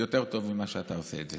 יותר טוב ממה שאתה עושה את זה.